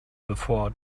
before